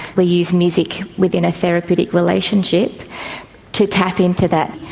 we use music within a therapeutic relationship to tap into that.